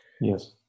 Yes